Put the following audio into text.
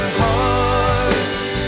hearts